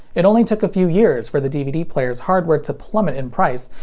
it only took a few years for the dvd player's hardware to plummet in price,